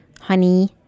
honey